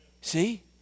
See